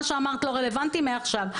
מה שאמרת לא רלוונטי מעכשיו.